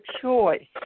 choice